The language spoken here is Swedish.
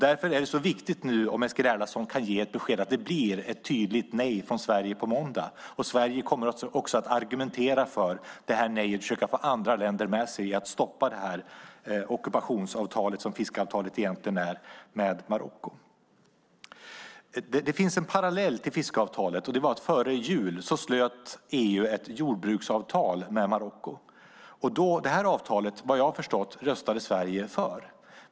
Därför är det så viktigt om Eskil Erlandsson kan ge ett besked att det blir ett tydligt nej från Sverige på måndag och att Sverige kommer att argumentera för det här nejet och försöka få andra länder med sig för att stoppa det här ockupationsavtalet som fiskeavtalet egentligen är med Marocko. Det finns en parallell till fiskeavtalet. Före jul slöt EU ett jordbruksavtal med Marocko. Det avtalet, vad jag förstår, röstade Sverige för.